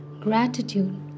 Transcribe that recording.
Gratitude